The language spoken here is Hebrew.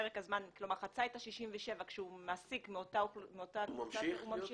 וחצה את ה-67 כשהוא מעסיק מאותה --- הוא ממשיך איתו.